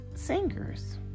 singers